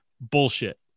bullshit